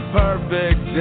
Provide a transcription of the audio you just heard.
perfect